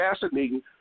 fascinating